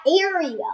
area